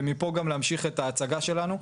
ומפה גם להמשיך את ההצגה שלנו.